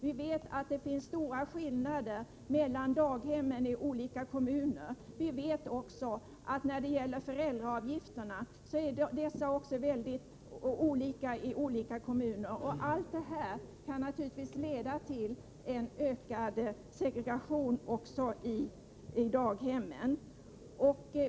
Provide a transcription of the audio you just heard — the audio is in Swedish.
Vi vet att det finns stora skillnader mellan daghemmen i olika kommuner. Vi vet också att föräldraavgifterna är väldigt olika i olika kommuner. Allt det här kan naturligtvis leda till en ökad segregation i daghemmen.